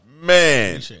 man